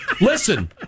listen